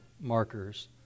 markers